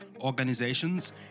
organizations